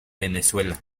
venezuela